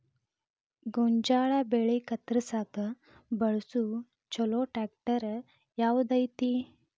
ಗೋಂಜಾಳ ಬೆಳೆ ಕತ್ರಸಾಕ್ ಬಳಸುವ ಛಲೋ ಟ್ರ್ಯಾಕ್ಟರ್ ಯಾವ್ದ್ ಐತಿ?